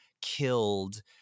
killed